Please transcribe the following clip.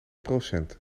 procent